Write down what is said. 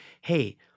hey